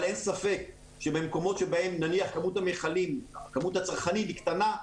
אבל אין ספק שבמקומות שבהם נניח כמות הצרכנים היא קטנה,